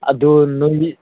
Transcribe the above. ꯑꯗꯨ ꯅꯣꯏꯗꯤ